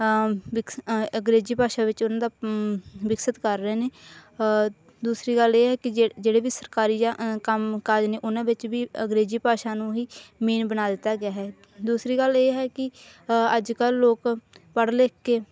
ਵਿਕਸ ਅੰਗਰੇਜ਼ੀ ਭਾਸ਼ਾ ਵਿੱਚ ਉਹਨਾਂ ਦਾ ਵਿਕਸਿਤ ਕਰ ਰਹੇ ਨੇ ਦੂਸਰੀ ਗੱਲ ਇਹ ਹੈ ਕਿ ਜੇ ਜਿਹੜੇ ਵੀ ਸਰਕਾਰੀ ਜਾਂ ਕੰਮ ਕਾਜ ਨੇ ਉਹਨਾਂ ਵਿੱਚ ਵੀ ਅੰਗਰੇਜ਼ੀ ਭਾਸ਼ਾ ਨੂੰ ਹੀ ਮੇਨ ਬਣਾ ਦਿੱਤਾ ਗਿਆ ਹੈ ਦੂਸਰੀ ਗੱਲ ਇਹ ਹੈ ਕਿ ਅੱਜ ਕੱਲ ਲੋਕ ਪੜ੍ਹ ਲਿਖ ਕੇ